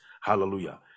Hallelujah